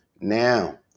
Now